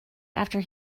after